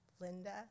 Linda